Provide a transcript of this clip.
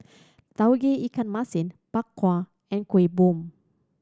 Tauge Ikan Masin Bak Kwa and Kueh Bom